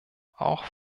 auch